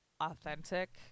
authentic